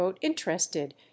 interested